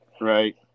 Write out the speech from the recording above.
right